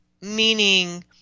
meaning